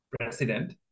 president